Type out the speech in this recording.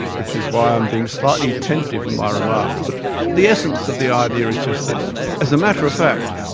which is why i'm being slightly tentative in my remarks, but the essence of the idea is just this as a matter of of fact,